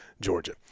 Georgia